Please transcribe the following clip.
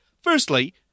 Firstly